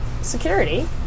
security